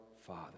Father